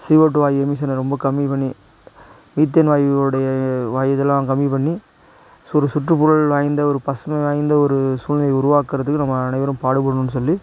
CO2 வாயு emission ரொம்ப கம்மி பண்ணி ஈத்தேன் வாயுவோடைய வாயு இதெலாம் கம்மி பண்ணி சு சுற்றுப்புறல் வாய்ந்த ஒரு பசுமை வாய்ந்த ஒரு சூழ்நிலை உருவாக்கிறதுக்கு நம்ம அனைவரும் பாடுபடணும்னு சொல்லி